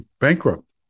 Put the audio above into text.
bankrupt